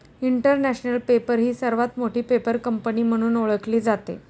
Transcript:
international Paper ही सर्वात मोठी पेपर कंपनी म्हणून ओळखली जाते